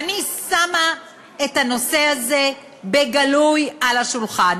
ואני שמה את הנושא הזה בגלוי על השולחן.